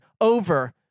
over